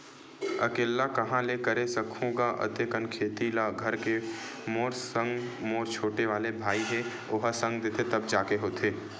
अकेल्ला काँहा ले करे सकहूं गा अते कन खेती ल घर के मोर संग मोर छोटे वाले भाई हे ओहा संग देथे तब जाके होथे